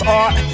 art